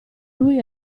lui